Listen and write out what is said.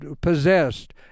possessed